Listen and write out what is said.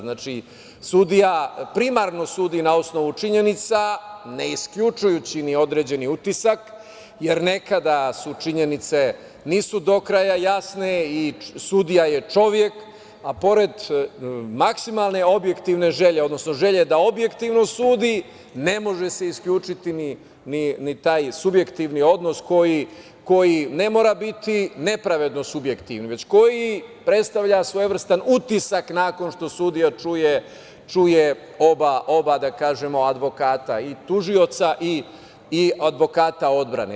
Znači, sudija primarno sudi na osnovu činjenica, ne isključujući ni određeni utisak, jer nekada činjenicu nisu do kraja jasne, i sudija je čovek, a pored maksimalne objektivne želje, odnosno želje da objektivno sudi, ne može se isključiti ni taj subjektivni odnos koji ne mora biti nepravedno subjektivni, već koji predstavlja svojevrsni utisak nakon što sudija čuje oba advokata, i tužioca i advokata odbrane.